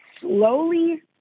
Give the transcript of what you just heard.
slowly